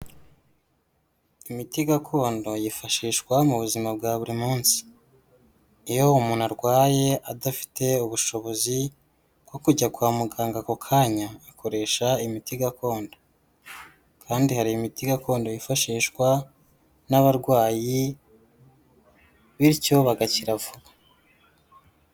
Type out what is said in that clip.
Imiti gakondo yifashishwa mu buzima bwa buri munsi. Iyo umuntu arwaye adafite ubushobozi bwo kujya kwa muganga ako kanya, akoresha imiti gakondo. Kandi hari imiti gakondo yifashishwa n'abarwayi, bityo bagakira vuba.